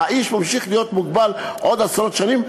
האיש ממשיך להיות מוגבל עוד עשרות שנים,